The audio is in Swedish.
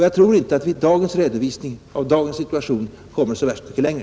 Jag tror inte att vi i redovisningen av det rådande läget kommer så värst mycket längre.